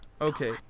Okay